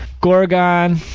Gorgon